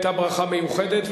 היתה ברכה מיוחדת,